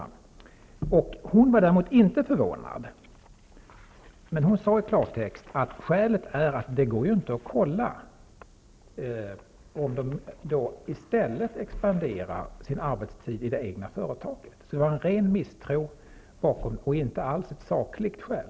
AMS handläggare var däremot inte förvånad, men hon sade i klartext: Skälet till avslaget är att det inte går att kolla om inte arbetstagaren i stället expanderar sin arbetstid i det egna företaget. Det ligger alltså en ren misstro bakom detta, inte alls något sakligt skäl.